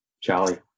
charlie